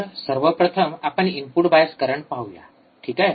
तर सर्वप्रथम आपण इनपुट बायस करंट पाहूया ठीक आहे